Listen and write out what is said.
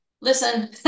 listen